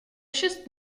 šest